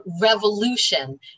revolution